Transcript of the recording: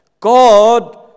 God